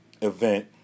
event